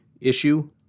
issue